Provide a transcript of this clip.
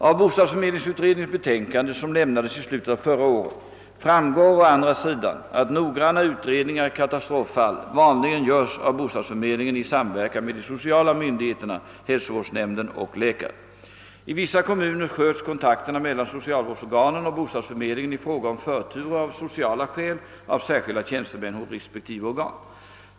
Av bostadsförmedlingsutredningens betänkande som lämnades i slutet av förra året, framgår å andra sidan att noggranna utredningar i katastroffall vanligen görs av bostadsförmedlingen i samverkan med de sociala myndigheterna, hälsovårdsnämnden och läkare. I vissa kommuner sköts kontakterna mellan socialvårdsorganen och bostadsförmedlingen i fråga om förturer av sociala skäl av särskilda tjänstemän hos respektive organ.